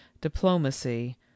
diplomacy